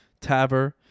Taver